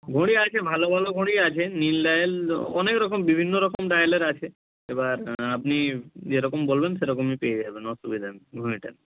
ঘড়ি আছে ভালো ভালো ঘড়ি আছে নীল ডায়াল অনেক রকম বিভিন্ন রকম ডায়ালের আছে এবার আপনি যেরকম বলবেন সেরকমই পেয়ে যাবেন অসুবিধা নেই ঘড়িটার